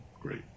Great